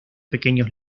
pequeños